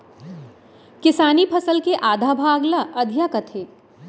किसानी फसल के आधा भाग ल अधिया कथें